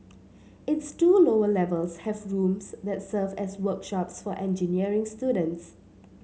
its two lower levels have rooms that serve as workshops for engineering students